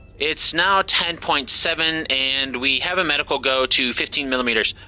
it's now ten point seven and we have a medical go to fifteen millimeters.